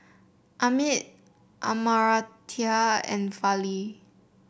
Amit Amartya and Fali